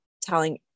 telling